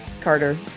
Carter